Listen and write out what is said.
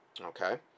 Okay